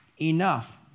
enough